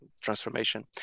transformation